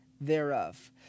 thereof